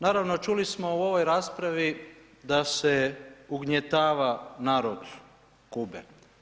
Naravno čuli smo u ovoj raspravi da se ugnjetava narod Kube.